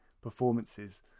performances